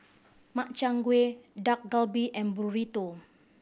Makchang Gui Dak Galbi and Burrito